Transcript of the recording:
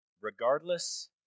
Regardless